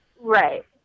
right